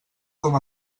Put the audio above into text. com